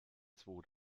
zwo